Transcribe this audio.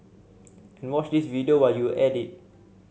and watch this video while you're at it